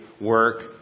work